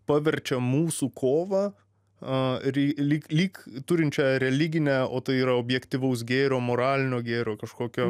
paverčia mūsų kovą lyg lyg turinčią religinę o tai yra objektyvaus gėrio moralinio gėrio kažkokio